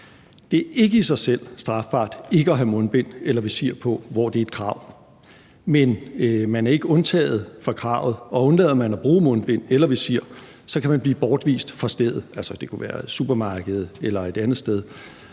Det er ikke i sig selv strafbart ikke at have mundbind eller visir på, hvor det er et krav, men man er ikke undtaget fra kravet, og undlader man at bruge mundbind eller visir, kan man blive bortvist fra stedet – det kunne være supermarkedet eller et andet sted.